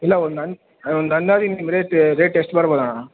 ಇಲ್ಲ ಒಂದು ಹಣ್ಣು ಒಂದು ಅಂದಾಜಿಗೆ ನಿಮ್ಮ ರೇಟ್ ರೇಟ್ ಎಷ್ಟು ಬರಬೋದು ಅಣ್ಣ